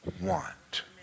want